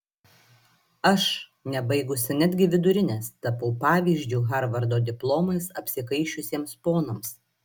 aš nebaigusi netgi vidurinės tapau pavyzdžiu harvardo diplomais apsikaišiusiems ponams